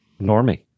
normie